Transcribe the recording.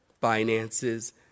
finances